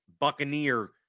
Buccaneer